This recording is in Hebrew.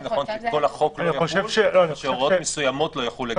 האם נכון שכל החוק לא יחול או שהוראות מסוימות לא יחולו לגביהם.